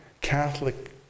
Catholic